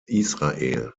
israel